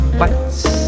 bites